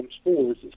spores